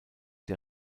der